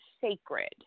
sacred